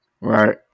Right